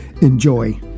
enjoy